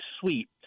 sweet